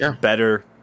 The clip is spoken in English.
better